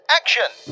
action